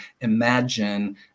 imagine